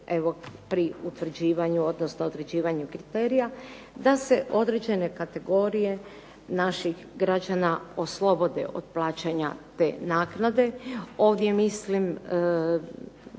pri utvrđivanju odnosno određivanju kriterija, da se određene kategorije naših građana oslobode od plaćanja te naknade. Ovdje mislim